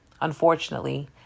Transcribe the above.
Unfortunately